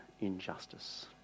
injustice